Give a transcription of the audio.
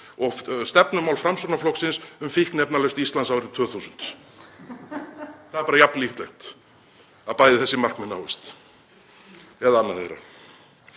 og stefnumál Framsóknarflokksins um fíkniefnalaust Íslands árið 2000. Það er bara jafn líklegt að bæði þessi markmið náist — eða annað þeirra.